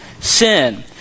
Sin